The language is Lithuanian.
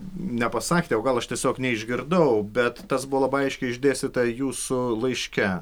nepasakėt o gal aš tiesiog neišgirdau bet tas buvo labai aiškiai išdėstyta jūsų laiške